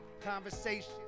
Conversation